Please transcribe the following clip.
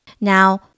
Now